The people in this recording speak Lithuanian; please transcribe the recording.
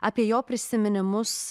apie jo prisiminimus